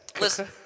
Listen